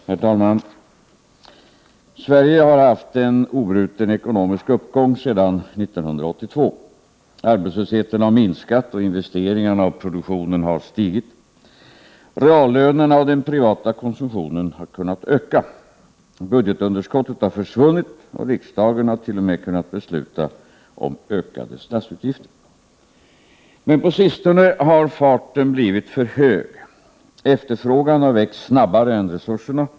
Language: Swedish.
Herr talman! Sverige har haft en obruten ekonomisk uppgång sedan 1982 Arbetslösheten har minskat och investeringarna och produktionen har ökat. Reallönerna och den privata konsumtionen har kunnat öka. Budgetunderskottet har försvunnit, och riksdagen har t.o.m. kunnat besluta om ökade statsutgifter. Men på sistone har farten blivit för hög. Efterfrågan har växt snabbare än resurserna.